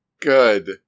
good